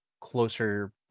closer